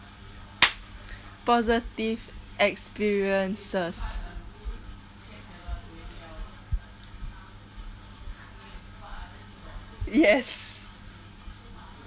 positive experiences yes